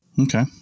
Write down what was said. Okay